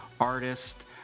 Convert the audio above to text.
artist